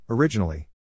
Originally